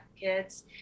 kids